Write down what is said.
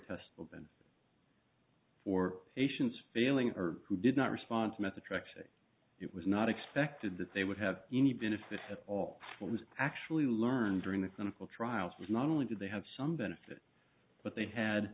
tests for asians failing or who did not respond to methe attraction it was not expected that they would have any benefits at all what was actually learned during the clinical trials was not only did they have some benefit but they had